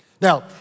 Now